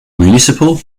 municipal